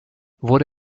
wurde